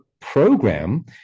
program